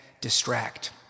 distract